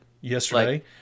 Yesterday